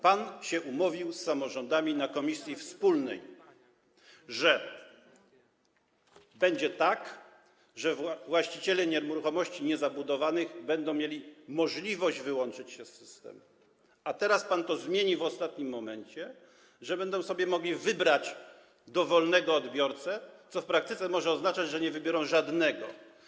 Pan się umówił z samorządami na posiedzeniu komisji wspólnej, że będzie tak, że właściciele nieruchomości niezabudowanych będą mieli możliwość wyłączyć się z systemu, a teraz pan to zmieni w ostatnim momencie, że będą sobie mogli wybrać dowolnego odbiorcę, co w praktyce może oznaczać, że nie wybiorą żadnego.